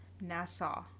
Nassau